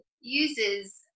uses